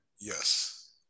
Yes